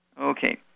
Okay